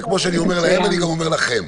וכמו שאני אומר להם אני אומר לכם.